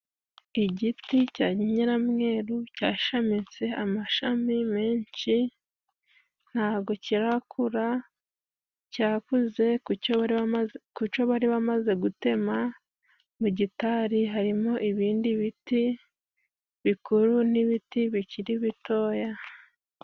Igiti cya nyiramweru cyashamitse amashami menshi. Ntago kirakura cyakuze kuco bari bamaze gutema, mu gitari harimo ibindi biti bikuru n'ibiti bikiri bitoya.